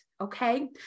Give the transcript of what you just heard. Okay